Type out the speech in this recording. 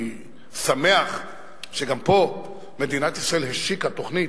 אני שמח שגם פה מדינת ישראל השיקה תוכנית,